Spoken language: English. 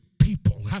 people